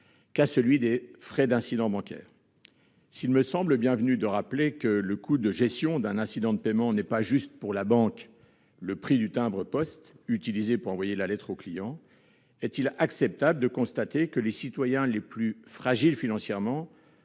que sur les frais d'incidents bancaires. S'il me semble bienvenu de rappeler que le coût de gestion d'un incident de paiement ne se limite pas, pour la banque, au prix du timbre utilisé pour envoyer une lettre au client, est-il pour autant acceptable de constater que les citoyens les plus fragiles financièrement